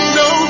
no